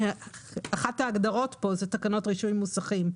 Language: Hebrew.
אחת ההגדרות כאן היא תקנות רישוי מוסכים.